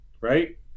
right